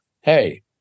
hey